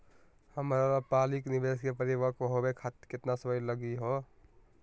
हमर अल्पकालिक निवेस क परिपक्व होवे खातिर केतना समय लगही हो?